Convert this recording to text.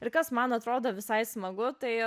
ir kas man atrodo visai smagu tai